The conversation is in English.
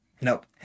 Nope